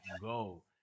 go